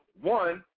one